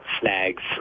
snags